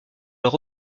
leur